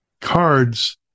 cards